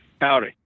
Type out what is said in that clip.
Howdy